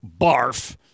Barf